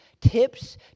tips